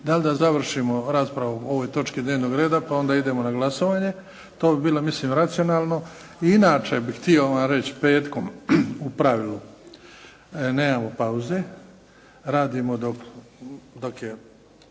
Da li da završimo raspravu po ovoj točki dnevnog reda pa onda idemo na glasovanje? To bi bilo mislim racionalno. I inače bih htio vam reći petkom u pravilu nemam pauze, radimo dok je